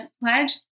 pledge